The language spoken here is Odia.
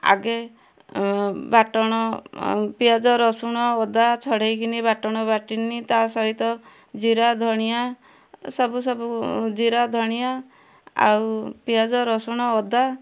ଆଗେ ବାଟଣ ପିଆଜ ରସୁଣ ଅଦା ଛଡ଼ାଇକିନି ବାଟଣ ବାଟିନି ତା'ସହିତ ଜୀରା ଧଣିଆ ସବୁ ସବୁ ଜୀରା ଧଣିଆ ଆଉ ପିଆଜ ରସୁଣ ଅଦା